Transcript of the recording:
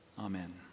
Amen